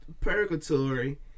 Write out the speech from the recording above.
purgatory